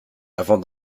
avant